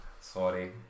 Sorry